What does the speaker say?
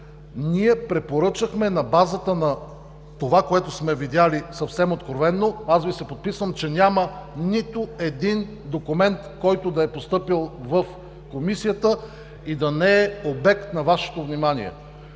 Ние препоръчахме на базата на това, което сме видели, съвсем откровено, аз Ви се подписвам, че няма нито един документ, който да е постъпил в Комисията и да не е обект на Вашето внимание.